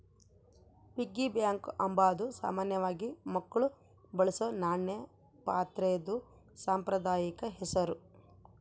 piggy bank ಅಂಬಾದು ಸಾಮಾನ್ಯವಾಗಿ ಮಕ್ಳು ಬಳಸೋ ನಾಣ್ಯ ಪಾತ್ರೆದು ಸಾಂಪ್ರದಾಯಿಕ ಹೆಸುರು